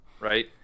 right